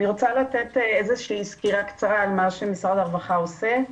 אני רוצה לתת איזושהי סקירה קצרה על מה שמשרד הרווחה עושה,